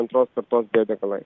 antros kartos biodegalai